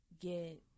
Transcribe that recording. get